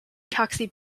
taxi